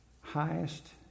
highest